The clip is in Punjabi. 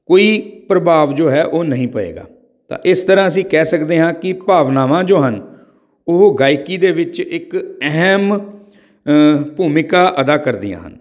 ਕੋਈ ਪ੍ਰਭਾਵ ਜੋ ਹੈ ਉਹ ਨਹੀਂ ਪਵੇਗਾ ਤਾਂ ਇਸ ਤਰ੍ਹਾਂ ਅਸੀਂ ਕਹਿ ਸਕਦੇ ਹਾਂ ਕਿ ਭਾਵਨਾਵਾਂ ਜੋ ਹਨ ਉਹ ਗਾਇਕੀ ਦੇ ਵਿੱਚ ਇੱਕ ਅਹਿਮ ਭੂਮਿਕਾ ਅਦਾ ਕਰਦੀਆਂ ਹਨ